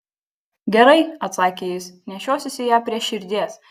gerai atsakė jis nešiosiuosi ją prie širdies